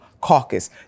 Caucus